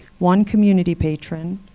one community patron,